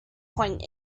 point